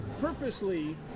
purposely